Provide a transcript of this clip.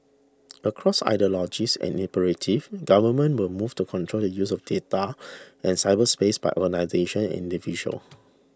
across ideologies and imperatives governments will move to control the use of data and cyberspace by organisations and individuals